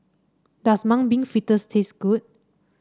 does Mung Bean Fritters taste good